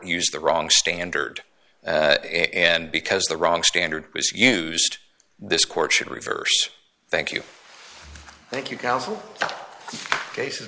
used the wrong standard and because the wrong standard was used this court should reverse thank you thank you counsel cases